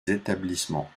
établissements